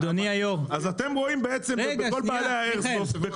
אתם רואים בכל בעלי האיירסופט,